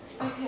Okay